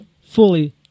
fully